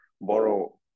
borrow